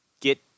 get